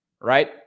right